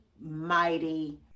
mighty